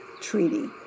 Treaty